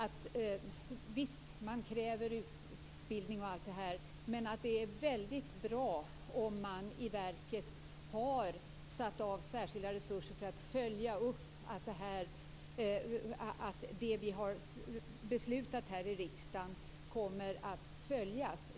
Visst krävs det utbildning m.m., men det är väldigt bra om verket har avsatt särskilda resurser för att följa upp att det som vi har beslutat här i riksdagen kommer att följas.